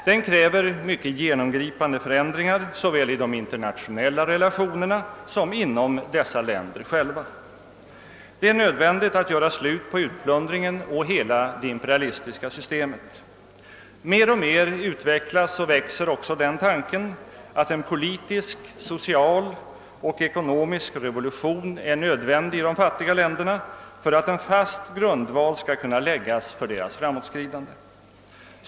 Den kräver mycket genomgripande förändringar såväl i de internationella relationerna som inom dessa länder själva. Det är nödvändigt alt göra slut på utplundringen och på hela det imperialistiska systemet. Mer och mer utvecklas och växer också den tanken att en politisk, social och ekonomisk revolution är nödvändig i de fattiga länderna för att en fast grundval skall kunna läggas för deras framåtskridande.